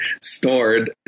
stored